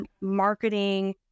marketing